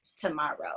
tomorrow